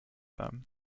them